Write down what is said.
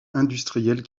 industriels